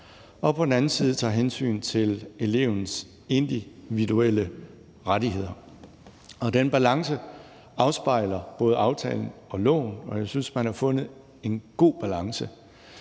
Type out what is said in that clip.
og på den anden side tager hensyn til elevens individuelle rettigheder. Og den balance afspejler både aftalen og loven, og jeg synes, man har fundet en god balance: